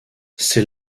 ces